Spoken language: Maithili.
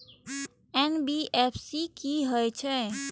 एन.बी.एफ.सी की हे छे?